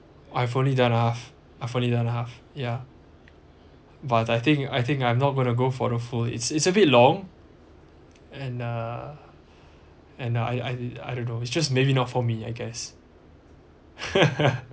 I've only done half I've only done a half ya but I think I think I'm not going to go for the full it's it's a bit long and uh and I I I don't know it's just maybe not for me I guess